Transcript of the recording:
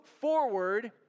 forward